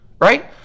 right